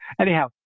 Anyhow